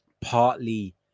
partly